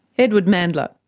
edward mandla.